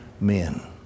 men